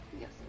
Yes